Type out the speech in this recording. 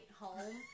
home